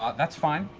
that's fine.